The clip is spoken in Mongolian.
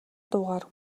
дуугаар